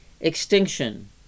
Extinction